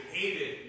hated